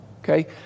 Okay